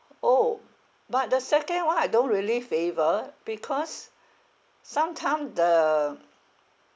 orh but the second one I don't really favour because sometime the um